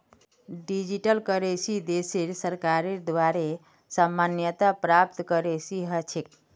digital currency देशेर सरकारेर द्वारे मान्यता प्राप्त करेंसी ह छेक